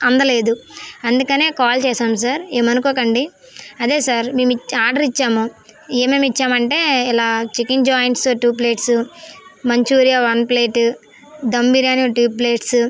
అందలేదు అందుకనే కాల్ చేసాము సర్ ఏమనుకోకండి అదే సర్ మేము ఆర్డర్ ఇచ్చాము ఏమేమి ఇచ్చాము అంటే ఇలా chicken joints two plates manchurian one plate dum biryani two plates